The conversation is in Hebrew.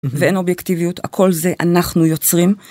ואין אובייקטיביות, הכל זה אנחנו יוצרים.